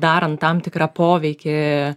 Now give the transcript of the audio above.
darant tam tikrą poveikį